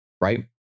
right